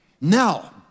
Now